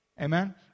Amen